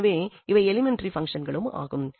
எனவே இவை எலிமெண்டரி பங்சன்களும் ஆகும்